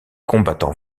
combattant